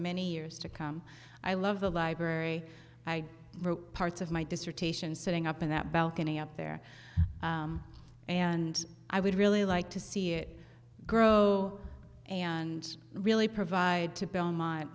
many years to come i love the library i wrote parts of my dissertation sitting up in that balcony up there and i would really like to see it grow and really provide to belmont